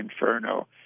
Inferno